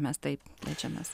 mes taip jaučiamės